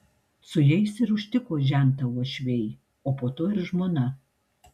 su jais ir užtiko žentą uošviai o po to ir žmona